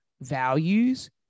values